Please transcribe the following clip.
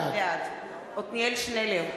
בעד עתניאל שנלר,